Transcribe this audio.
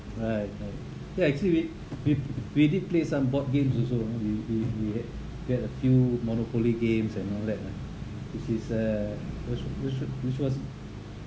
right right but actually we we we did play some board games also you know we we we had we had a few monopoly games and all that lah which is uh which which which was